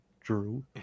Drew